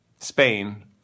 Spain